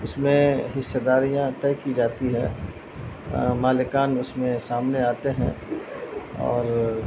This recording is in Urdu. اس میں حصہ داریاں طے کی جاتی ہے مالکان اس میں سامنے آتے ہیں اور